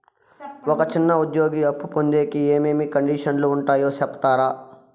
ఒక చిన్న ఉద్యోగి అప్పు పొందేకి ఏమేమి కండిషన్లు ఉంటాయో సెప్తారా?